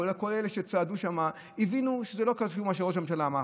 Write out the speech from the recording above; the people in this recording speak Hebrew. כל אלה שצעדו שם הבינו שזה לא קשור למה שראש הממשלה אמר.